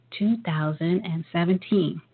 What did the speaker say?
2017